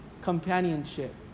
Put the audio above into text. companionship